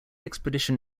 expedition